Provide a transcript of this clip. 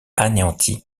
anéanti